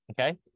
Okay